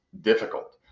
difficult